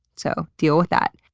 so deal with that.